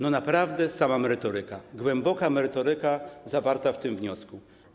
No naprawdę sama merytoryka, głęboka merytoryka zawarta jest w tym wniosku.